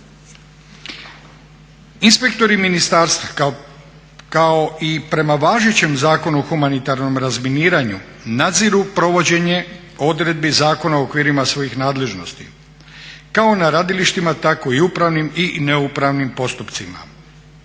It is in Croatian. Inspektori ministarstva kao i prema važećem Zakonu o humanitarnom razminiranju nadziru provođenje odredbi Zakona u okvirima svojih nadležnosti, kao na radilištima tako i upravnim i neupravnim postupcima.